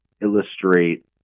illustrate